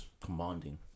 commanding